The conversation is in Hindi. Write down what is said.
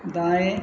दाएं